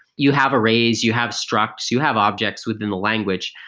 you have arrays, you have structs, you have objects within the language.